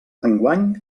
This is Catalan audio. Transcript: enguany